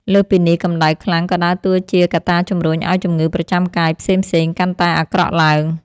លើសពីនេះ កម្ដៅខ្លាំងក៏ដើរតួជាកត្តាជម្រុញឱ្យជំងឺប្រចាំកាយផ្សេងៗកាន់តែអាក្រក់ឡើង។